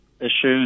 issues